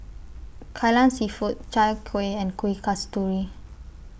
Kai Lan Seafood Chai Kueh and Kuih Kasturi